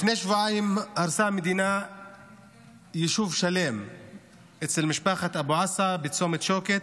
לפני שבועיים הרסה המדינה יישוב שלם אצל משפחת אבו עסא ליד צומת שוקת,